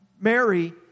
Mary